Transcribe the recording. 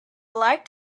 light